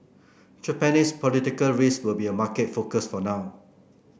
Japanese political risk will be a market focus for now